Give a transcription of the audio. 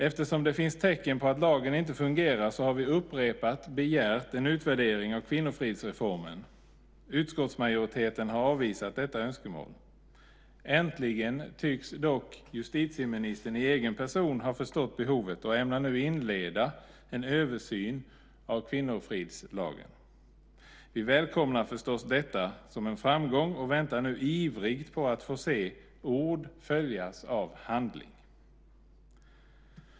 Eftersom det finns tecken på att lagen inte fungerar har vi upprepade gånger begärt en utvärdering av kvinnofridsreformen. Utskottsmajoriteten har avvisat detta önskemål. Äntligen tycks dock justitieministern i egen person ha förstått behovet och ämnar nu inleda en översyn av kvinnofridslagen. Vi välkomnar förstås detta och ser det som en framgång samt väntar ivrigt på att få se ord följas av handling.